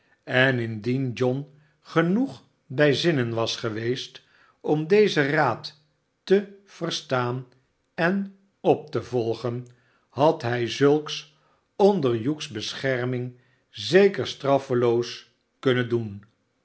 en indien john genoeg bij zijne zinnen was geweest om dezen raad te verstaan en op te volgen had hij zulks onder hugh's bescherming zeker straffeloos kunnen doen